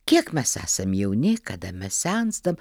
kiek mes esam jauni kada mes senstam